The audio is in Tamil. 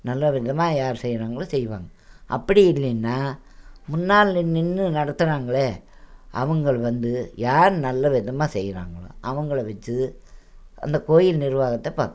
நல்லவிதமாக யார் செய்கிறாங்களோ செய்வாங்க அப்படி இல்லைன்னா முன்னால் நின்று நடத்துறாங்களே அவங்கள் வந்து யார் நல்லவிதமாக செய்றாங்களோ அவங்கள வச்சு அந்த கோயில் நிர்வாகத்தை பாத்